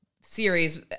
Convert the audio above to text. series